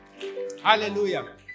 Hallelujah